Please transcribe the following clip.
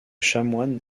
chanoine